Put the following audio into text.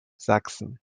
sachsen